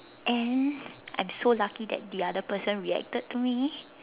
and I'm so lucky that the other person reacted to me